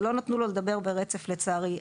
ולא נתנו לו לדבר ברצף לצערי,